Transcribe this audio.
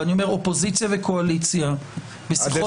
ואני אומר אופוזיציה וקואליציה בשיחות